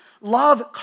Love